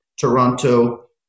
Toronto